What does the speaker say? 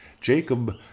Jacob